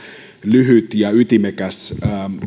lyhyt ja ytimekäs